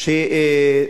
שני וחמישי.